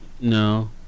No